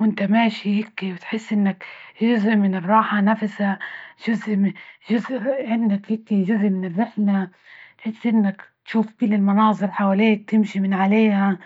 وإنت ماشي هيكي وتحس إنك جزء من الراحة نفسها، جزء من، عندك هيكى جزء من الرحلة، تحس إنك تشوف كل المناظر حواليك تمشي من عليها.